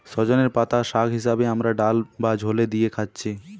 সজনের পাতা শাগ হিসাবে আমরা ডাল বা ঝোলে দিয়ে খাচ্ছি